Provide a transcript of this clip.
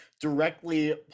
directly